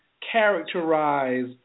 Characterize